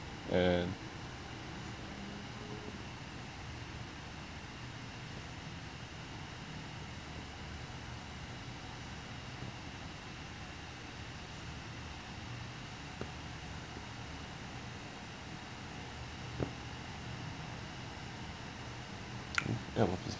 and